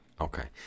Okay